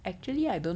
oh